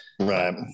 Right